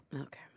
Okay